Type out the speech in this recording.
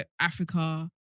Africa